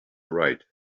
right